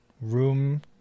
room